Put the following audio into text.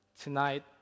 tonight